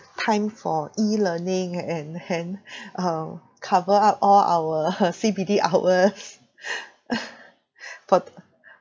time for E learning and then uh cover up all our C_P_D hours for